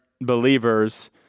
believers